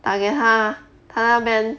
打给她她那边